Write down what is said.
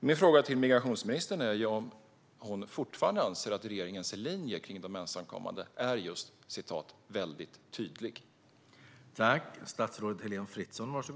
Min fråga till migrationsministern är om hon fortfarande anser att regeringens linje när det gäller de ensamkommande är just "väldigt tydlig".